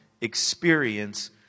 experience